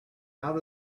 out